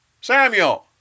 Samuel